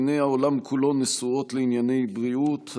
עיני העולם כולו נשואות לענייני בריאות.